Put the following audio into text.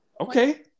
Okay